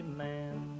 man